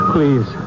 Please